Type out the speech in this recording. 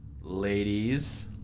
ladies